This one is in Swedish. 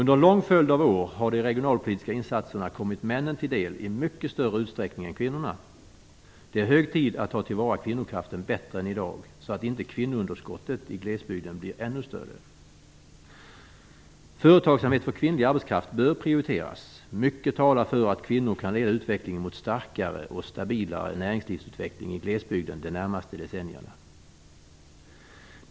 Under en lång följd av år har de regionalpolitiska insatserna kommit männen till del i mycket större utsträckning än kvinnorna. Det är hög tid att ta till vara kvinnokraften bättre än i dag, så att inte kvinnounderskottet i glesbygden blir ännu större. Företagsamhet för kvinnlig arbetskraft bör prioriteras. Mycket talar för att kvinnor kan leda utvecklingen mot starkare och stabilare näringslivsutveckling i glesbygden de närmaste decennierna.